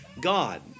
God